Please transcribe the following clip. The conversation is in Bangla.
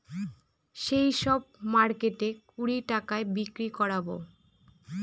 সেই সব মার্কেটে কুড়ি টাকায় বিক্রি করাবো